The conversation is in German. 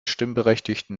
stimmberechtigten